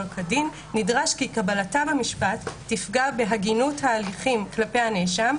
כדין נדרש כי קבלתה במשפט תפגע בהגינות ההליכים כלפי הנאשם,